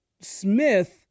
Smith